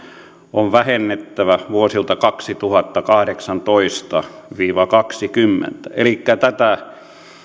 on vähennettävä vuosilta kaksituhattakahdeksantoista viiva kaksikymmentä elikkä tätä